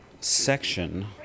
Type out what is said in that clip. section